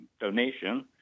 donation